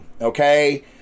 Okay